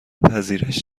پذیرش